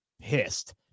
pissed